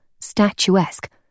statuesque